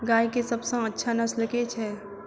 गाय केँ सबसँ अच्छा नस्ल केँ छैय?